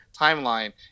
timeline